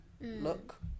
look